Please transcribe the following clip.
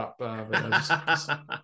up